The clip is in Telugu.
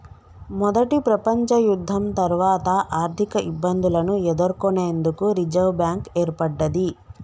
మొదటి ప్రపంచయుద్ధం తర్వాత ఆర్థికఇబ్బందులను ఎదుర్కొనేందుకు రిజర్వ్ బ్యాంక్ ఏర్పడ్డది